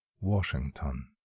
Washington